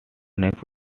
next